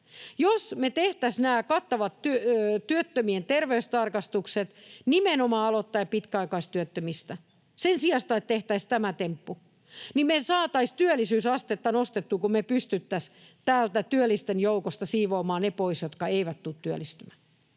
Jos me tehtäisiin nämä kattavat työttömien terveystarkastukset nimenomaan aloittaen pitkäaikaistyöttömistä sen sijasta, että tehtäisiin tämä temppu, niin me saataisiin työllisyysastetta nostettua, kun me pystyttäisiin täältä työllisten joukosta siivoamaan ne pois, jotka eivät tule työllistymään.